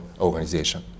organization